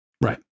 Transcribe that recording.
Right